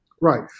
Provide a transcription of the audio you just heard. Right